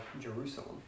Jerusalem